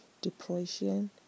depression